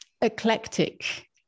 eclectic